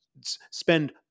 spend